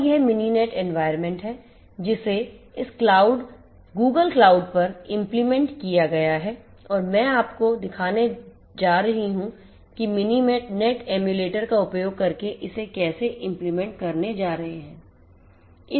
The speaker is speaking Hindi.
और यह Mininet environment है जिसे इस Google क्लाउड पर implement किया गया है और मैं आपको दिखाने जा रहा हूं कि हम Mininet एमुलेटर का उपयोग करके इसे कैसेimplement करने जा रहे हैं